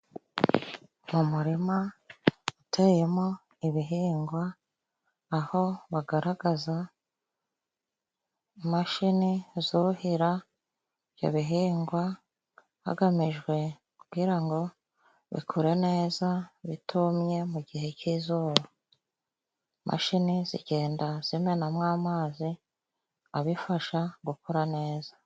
Mu murima uteyemo ibihingwa aho bagaragaza imashini zorohera ibyo bihingwa hagamijwe kugira ngo bikure neza bitumye mu gihe cy'izuba. Imashini zigenda zimenamo amazi abifasha gukura neza.